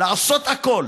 לעשות הכול